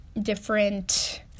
different